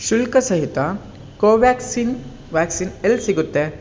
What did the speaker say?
ಶುಲ್ಕ ಸಹಿತ Covaxin vaccine ಎಲ್ಲಿ ಸಿಗುತ್ತೆ